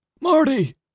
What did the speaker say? Marty